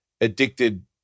addicted